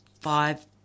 five